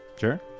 Sure